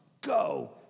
go